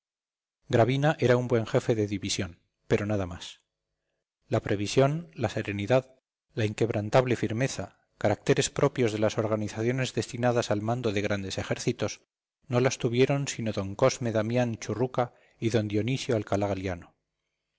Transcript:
gravina era un buen jefe de división pero nada más la previsión la serenidad la inquebrantable firmeza caracteres propios de las organizaciones destinadas al mando de grandes ejércitos no las tuvieron sino d cosme damián churruca y d dionisio alcalá galiano